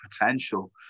potential